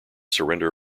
surrender